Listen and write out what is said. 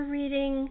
reading